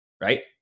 Right